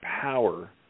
power